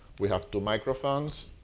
we have two microphones.